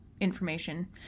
information